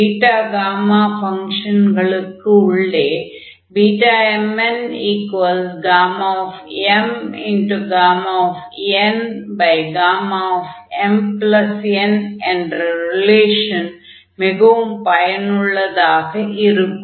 beta gamma ஃபங்ஷன்களுக்குள் beta gamma functions உள்ள Bmnmnmn என்ற ரிலேஷன் மிகவும் பயனுள்ளதாக இருக்கும்